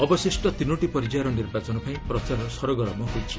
ଅବଶିଷ୍ଟ ତିନୋଟି ପର୍ଯ୍ୟାୟର ନିର୍ବାଚନ ପାଇଁ ପ୍ରଚାର ସରଗରମ୍ ହୋଇଛି